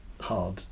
hard